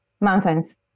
Mountains